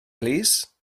plîs